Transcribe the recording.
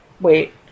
wait